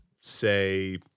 say